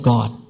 God